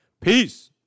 Peace